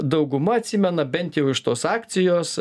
dauguma atsimena bent jau iš tos akcijos